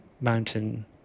Mountain